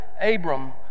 Abram